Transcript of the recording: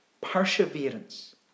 perseverance